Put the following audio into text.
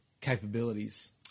capabilities